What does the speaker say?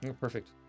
Perfect